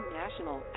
national